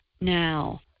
now